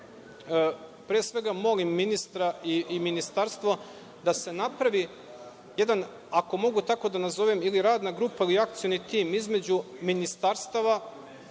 svega, molim ministra i ministarstvo da se napravi jedna, ako mogu tako da nazovem, radna grupa ili akcioni tim između ministarstava,